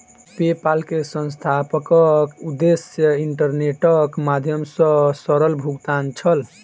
PayPal के संस्थापकक उद्देश्य इंटरनेटक माध्यम सॅ सरल भुगतान छल